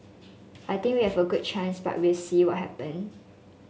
I think we have a good chance but we'll see what happen